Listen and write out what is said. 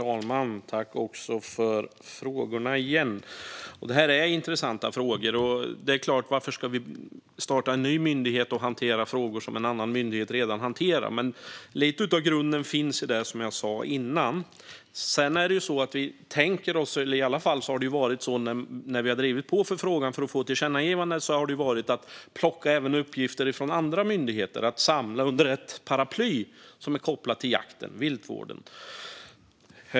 Herr talman! Jag tackar återigen för frågorna. Det är intressanta frågor. Varför ska vi starta en ny myndighet som ska hantera frågor som en annan myndighet redan hanterar? Men lite av grunden finns i det jag sa tidigare. Vi tänker också att man ska plocka uppgifter från andra myndigheter för att samla allt som är kopplat till jakten och viltvården under ett paraply. Så har det i alla fall varit när vi har drivit på för att få igenom tillkännagivanden.